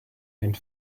and